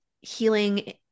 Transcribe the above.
healing